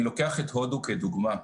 אני לוקח את הודו כדוגמה.